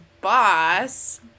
boss